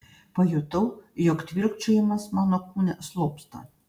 pajutau jog tvilkčiojimas mano kūne slopsta